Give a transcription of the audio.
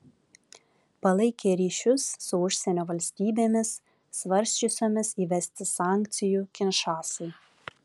palaikė ryšius su užsienio valstybėmis svarsčiusiomis įvesti sankcijų kinšasai